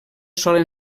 sola